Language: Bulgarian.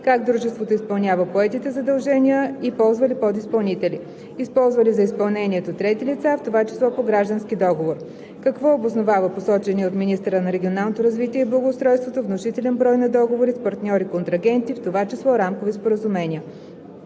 Как дружеството изпълнява поетите задължения и ползва ли подизпълнители? Използва ли за изпълнението трети лица, в това число по граждански договор? Какво обосновава посочения от министъра на регионалното развитие и благоустройството внушителен брой на договори с партньори-контрагенти, в това число рамкови споразумения?